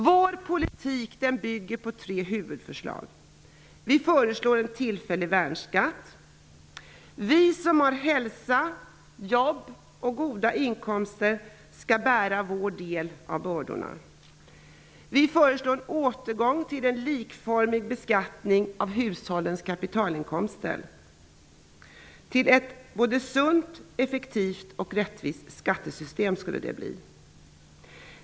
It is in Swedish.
Socialdemokratisk politik bygger på tre huvudförslag. Vi socialdemokrater föreslår en tillfällig värnskatt. Vi som har hälsa, jobb och goda inkomster skall bära vår del av bördorna. Vi föreslår en återgång till en likformig beskattning av hushållens kapitalinkomster. Det skulle bli ett sunt, effektivt och rättvist skattesystem.